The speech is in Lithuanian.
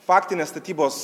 faktinės statybos